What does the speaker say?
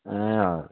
ए अँ